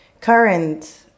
current